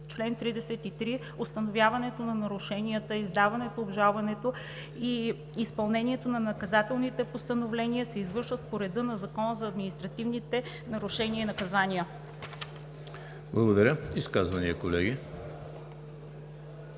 „Чл. 33. Установяването на нарушенията, издаването, обжалването и изпълнението на наказателните постановления се извършват по реда на Закона за административните нарушения и наказания“. ПРЕДСЕДАТЕЛ ЕМИЛ